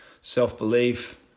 self-belief